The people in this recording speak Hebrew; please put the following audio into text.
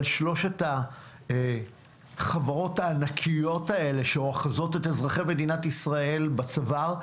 על שלושת החברות הענקיות האלה שאוחזות את אזרחי מדינת ישראל בצוואר.